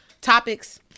topics